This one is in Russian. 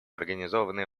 организованные